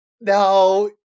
Now